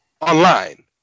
online